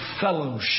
fellowship